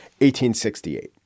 1868